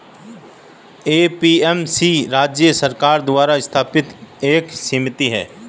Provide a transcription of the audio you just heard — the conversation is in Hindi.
ए.पी.एम.सी राज्य सरकार द्वारा स्थापित एक समिति है